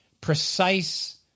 precise